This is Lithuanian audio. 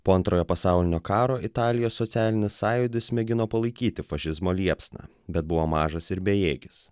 po antrojo pasaulinio karo italijos socialinis sąjūdis mėgino palaikyti fašizmo liepsną bet buvo mažas ir bejėgis